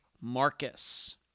Marcus